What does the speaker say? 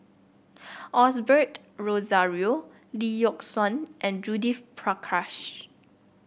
Osbert Rozario Lee Yock Suan and Judith Prakash